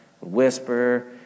whisper